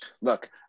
Look